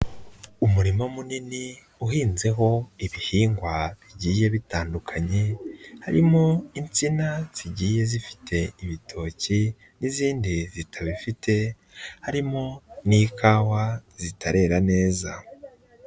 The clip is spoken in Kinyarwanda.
Umurima munini uhinzeho ibihingwa bigiye bitandukanye, harimo insina zigiye zifite ibitoki n'izindi zitabifite, harimo n'ikawa zitarera neza.